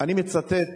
אני מצטט